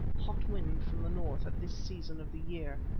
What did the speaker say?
hot wind from the north at this season of the year,